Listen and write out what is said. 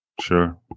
Sure